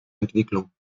entwicklung